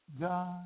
God